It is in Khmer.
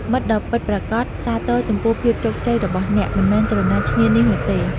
មិត្តដ៏៏ពិតប្រាកដសាទរចំពោះភាពជោគជ័យរបស់អ្នក មិនមែនច្រណែនឈ្នានីសនោះទេ។